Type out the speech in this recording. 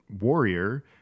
warrior